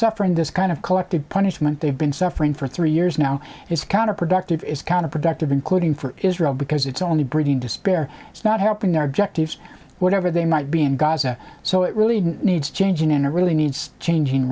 suffering this kind of collective punishment they've been suffering for three years now it's counterproductive it's counterproductive including for israel because it's only breeding despair it's not helping their objectives whatever they might be in gaza so it really needs changing and it really needs changing